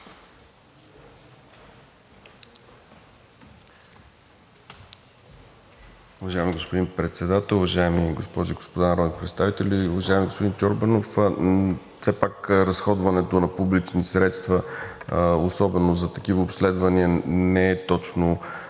Уважаеми господин Председател, уважаеми госпожи и господа народни представители! Уважаеми господин Чорбанов, все пак разходването на публични средства особено за такива обследвания не е точно на